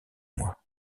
moi